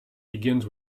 begins